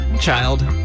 child